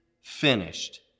finished